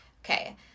Okay